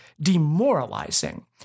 demoralizing